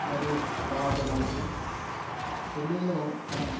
మరియు దావతులు లాంటివి పెళ్ళిలో మనం